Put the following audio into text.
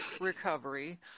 recovery